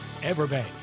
Everbank